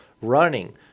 running